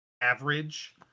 average